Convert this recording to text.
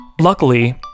Luckily